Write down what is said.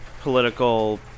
political